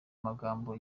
amagambo